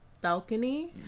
balcony